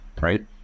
right